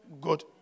good